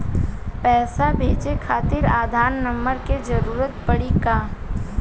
पैसे भेजे खातिर आधार नंबर के जरूरत पड़ी का?